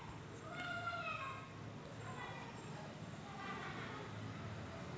सोला खारावर आला का परकारं न पानी वलनं जमन का?